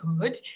good